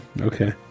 Okay